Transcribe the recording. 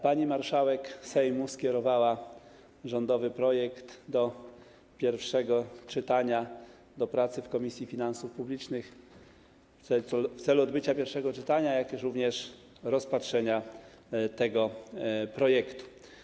Pani marszałek Sejmu skierowała rządowy projekt ustawy do pracy w Komisji Finansów Publicznych w celu odbycia pierwszego czytania, jak również rozpatrzenia tego projektu.